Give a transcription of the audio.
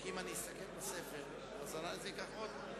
אם אני סופר "אחת, שתיים, שלוש".